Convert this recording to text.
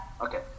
Okay